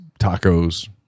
tacos